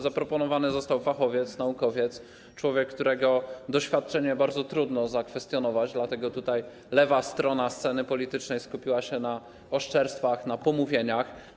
Zaproponowany został fachowiec, naukowiec, człowiek, którego doświadczenie bardzo trudno zakwestionować, dlatego lewa strona sceny politycznej skupiła się na oszczerstwach, na pomówieniach.